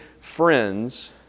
friends